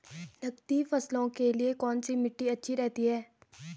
नकदी फसलों के लिए कौन सी मिट्टी अच्छी रहती है?